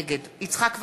נגד יצחק וקנין,